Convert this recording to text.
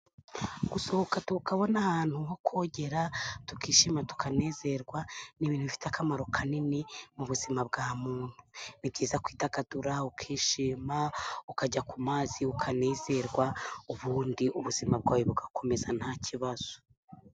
Gusohoka tukabona n'ahantu ho kogera, tukishima, tukanezerwa, ni ibintu bifite akamaro kanini mu buzima bwa muntu. Ni byiza kwidagadura, ukishima, ukajya ku mazi ukanezerwa, ubundi ubuzima bwawe bugakomeza nta kibazo.